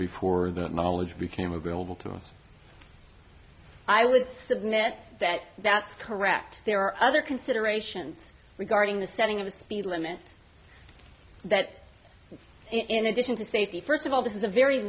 before that knowledge became available to us i would submit that that's correct there are other considerations regarding the setting of the speed limits that in addition to safety first of all this is a very